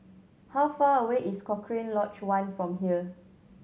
how far away is Cochrane Lodge One from here